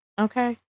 Okay